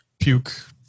puke